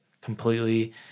completely